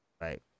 right